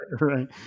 Right